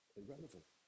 irrelevant